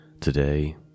Today